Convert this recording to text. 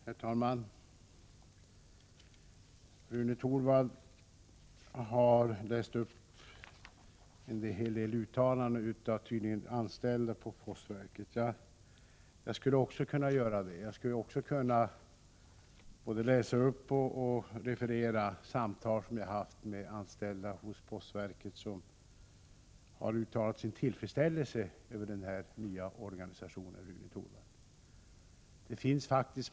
Herr talman! Rune Torwald har läst upp en hel del uttalanden av anställda i postverket. Också jag skulle kunna både läsa upp brev som jag har fått och referera samtal som jag har haft med anställda i postverket, vilka har uttalat sin tillfredsställelse över den nya organisationen.